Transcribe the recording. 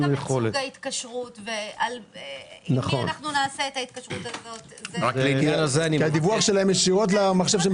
עם מי נעשה את ההתקשרות הזאת - יש לנו